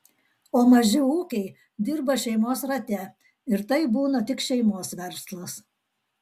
o maži ūkiai dirba šeimos rate ir tai būna tik šeimos verslas